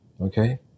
Okay